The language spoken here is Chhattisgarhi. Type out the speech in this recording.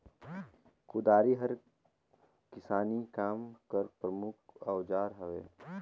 कुदारी हर किसानी काम कर परमुख अउजार हवे